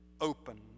open